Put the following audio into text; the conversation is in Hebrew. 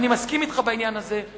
ואני מסכים אתך בעניין הזה,